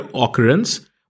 occurrence